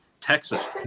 Texas